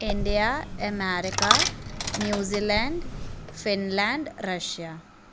India America New Zealand Finland Russia